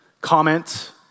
comment